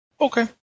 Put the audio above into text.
Okay